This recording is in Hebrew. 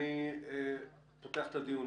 אני פותח את הדיון.